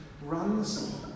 runs